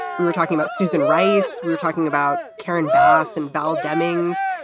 we were talking about susan rice. we were talking about karen bass and val demings.